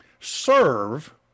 serve